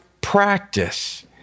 practice